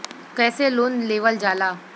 कैसे लोन लेवल जाला?